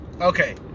Okay